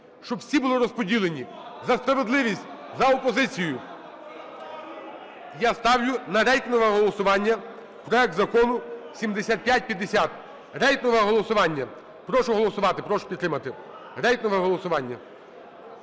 щоб всі були розподілені. За справедливість, за опозицію! Я ставлю на рейтингове голосування проект Закону 7550. Рейтингове голосування. Прошу голосувати, прошу підтримати, рейтингове голосування,